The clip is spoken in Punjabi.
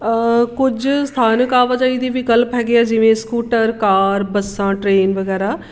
ਕੁੱਝ ਸਥਾਨਕ ਆਵਾਜਾਈ ਦੀ ਵਿਕਲਪ ਹੈਗੇ ਹੈ ਜਿਵੇਂ ਸਕੂਟਰ ਕਾਰ ਬੱਸਾਂ ਟ੍ਰੇਨ ਵਗੈਰਾ